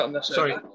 Sorry